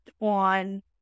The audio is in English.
on